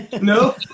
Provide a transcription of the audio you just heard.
No